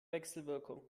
wechselwirkung